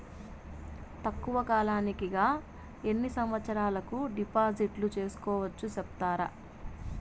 తక్కువ కాలానికి గా ఎన్ని సంవత్సరాల కు డిపాజిట్లు సేసుకోవచ్చు సెప్తారా